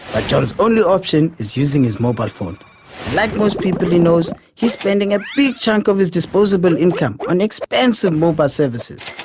but john's only option is using his mobile phone, and like most people he knows, he's spending a big chunk of his disposable income on expensive mobile services,